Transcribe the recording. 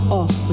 off